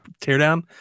teardown